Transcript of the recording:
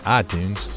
iTunes